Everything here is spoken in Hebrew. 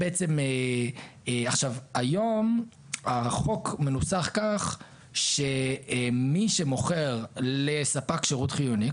היום החוק מנוסח כך שמי שמוכר לספק שירות חיוני,